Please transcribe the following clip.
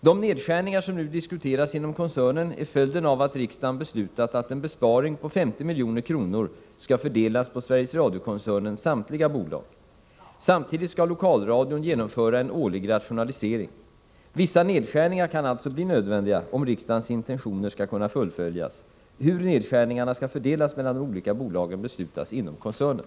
De nedskärningar som nu diskuteras inom koncernen är följden av att riksdagen beslutat att en besparing på 50 milj.kr. skall fördelas på Sveriges Radio-koncernens samtliga bolag . Samtidigt skall lokalradion genomföra en årlig rationalisering. Vissa nedskärningar kan alltså bli nödvändiga om riksdagens intentioner skall kunna fullföljas. Hur nedskärningarna skall fördelas mellan de olika bolagen beslutas inom koncernen.